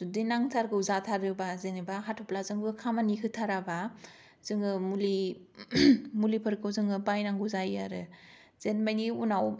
जुदि नांथारगौ जाथारोबा जेनेबा हाथफ्लाजोनबो खामानि होथाराबा जोङो मुलि फोरखौ बायनांगौ जायो आरो जेन मानि उनाव